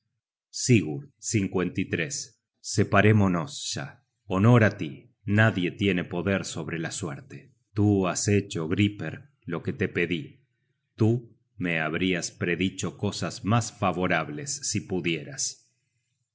del firmamento sigurd separémonos ya honor á tí nadie tiene poder sobre la suerte tú has hecho griper lo que te pedí tú me habrias predicho cosas mas favorables si pudieras